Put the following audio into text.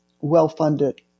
well-funded